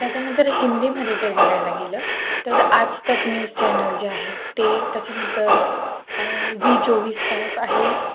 त्याच्यानंतर हिंदीमध्ये जर बघायला गेलं तर आज तक न्यूज चॅनल जे आहे ते त्याच्यानंतर झी चोवीस तास आहे